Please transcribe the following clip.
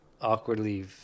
awkwardly